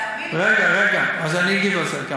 תאמין לי, רגע, רגע, אני אגיד גם על זה.